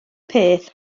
peth